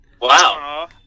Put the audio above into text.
Wow